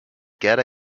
gerda